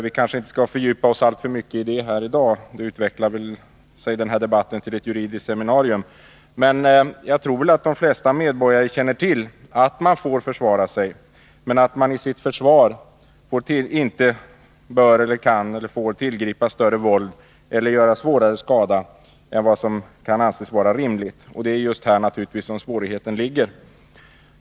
Vi skall kanske inte fördjupa oss för mycket i den här i dag, för då utvecklar sig väl den här debatten till ett juridiskt seminarium. Jag skulle dock tro att de flesta medborgare känner till att man får försvara sig men att man inte i sitt försvar bör, kan eller får tillgripa större våld eller göra svårare skada än vad som kan anses vara rimligt. Det är också på den punkten som svårigheten ligger.